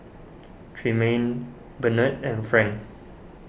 Tremayne Bernard and Frank